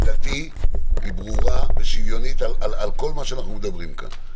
עמדתי ברורה ושוויונית על כל מה שאנחנו מדברים כאן.